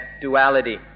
duality